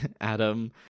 adam